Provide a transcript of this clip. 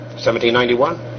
1791